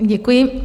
Děkuji.